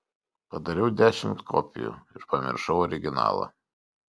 padariau dešimt kopijų ir pamiršau originalą